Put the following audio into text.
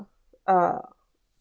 uh